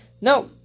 no